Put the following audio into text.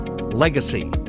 legacy